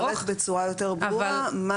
זאת אומרת צריך לפרט בצורה יותר ברורה מה